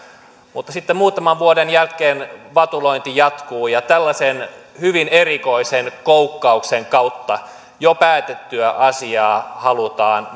mutta sitten muutaman vuoden jälkeen vatulointi jatkuu ja tällaisen hyvin erikoisen koukkauksen kautta jo päätettyä asiaa halutaan